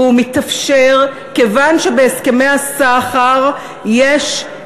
והוא מתאפשר כיוון שבהסכמי הסחר יש,